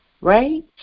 right